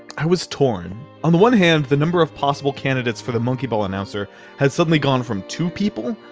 i was torn. on the one hand, the number of possible candidates for the monkey ball announcer had suddenly gone from two people.